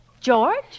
George